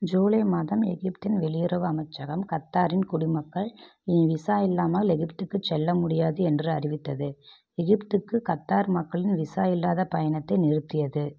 ஜூலை மாதம் எகிப்தின் வெளியுறவு அமைச்சகம் கத்தாரின் குடிமக்கள் இனி விசா இல்லாமல் எகிப்துக்குச் செல்ல முடியாது என்று அறிவித்தது எகிப்த்துக்கு கத்தார் மக்களின் விசா இல்லாத பயணத்தை நிறுத்தியது